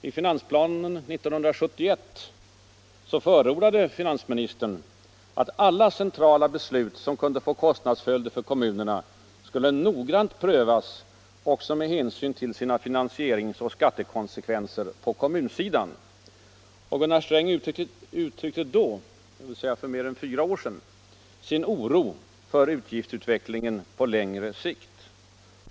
I finansplanen 1971 förordade finansminister Sträng att alla centrala beslut som kunde få kostnadsföljder för kommunerna skulle ”noggrant prövas också med hänsyn till sina finansieringsoch skattekonsekvenser på kommunsidan”. Herr Sträng uttryckte då, dvs. för ungefär fyra år sedan, sin oro för ”utgiftsutvecklingen på längre sikt”.